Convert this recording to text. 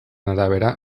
arabera